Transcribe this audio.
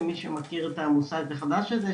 מי שמכיר את המושג החדש הזה,